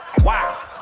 wow